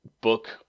book